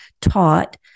taught